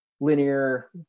linear